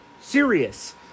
serious